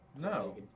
No